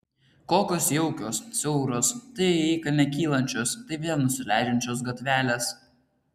kokios jaukios siauros tai į įkalnę kylančios tai vėl nusileidžiančios gatvelės